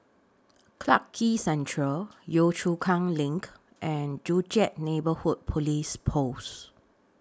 Clarke Quay Central Yio Chu Kang LINK and Joo Chiat Neighbourhood Police Post